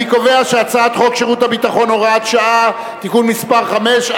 אני קובע שהצעת חוק שירות ביטחון (הוראת שעה) (תיקון מס' 5),